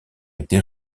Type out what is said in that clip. été